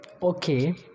okay